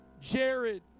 Jared